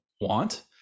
want